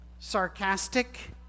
Sarcastic